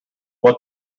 what